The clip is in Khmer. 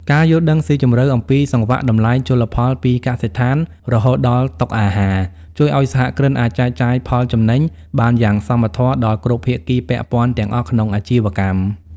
ការយល់ដឹងស៊ីជម្រៅអំពីសង្វាក់តម្លៃជលផលពីកសិដ្ឋានរហូតដល់តុអាហារ ជួយឱ្យសហគ្រិនអាចចែកចាយផលចំណេញបានយ៉ាងសមធម៌ដល់គ្រប់ភាគីពាក់ព័ន្ធទាំងអស់ក្នុងអាជីវកម្ម។